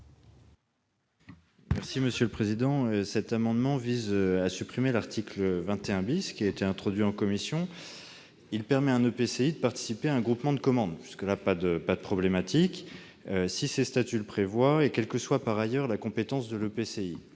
M. Arnaud de Belenet. Cet amendement vise à supprimer l'article 21 , qui a été introduit en commission. Cet article permet à un EPCI de participer à un groupement de commandes- cela ne pose pas de problème -si ses statuts le prévoient, quelle que soit par ailleurs la compétence de l'EPCI.